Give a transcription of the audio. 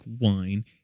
wine